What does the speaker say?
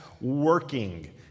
working